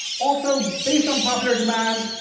also, based on popular demand,